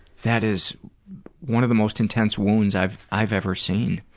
that is one of the most intense wounds i've i've ever seen.